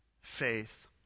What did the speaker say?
faith